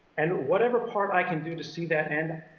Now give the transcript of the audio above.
and whatever part i can do to see that end,